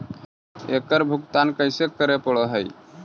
एकड़ भुगतान कैसे करे पड़हई?